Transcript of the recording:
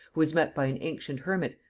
who was met by an ancient hermit,